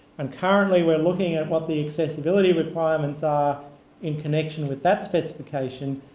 and currently we're looking at what the accessibility requirements are in connection with that specification,